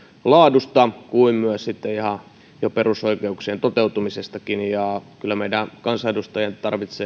laadusta kuin myös sitten ihan jo perusoikeuksien toteutumisestakin kyllä meidän kansanedustajien